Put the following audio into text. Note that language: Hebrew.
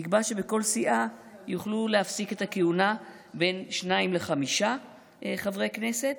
נקבע שבכל סיעה יוכלו להפסיק את הכהונה בין שניים לחמישה חברי כנסת,